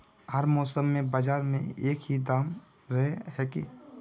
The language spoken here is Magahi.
हर मौसम में बाजार में एक ही दाम रहे है की?